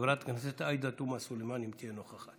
חברת הכנסת עאידה תומא סלימאן, אם תהיה נוכחת.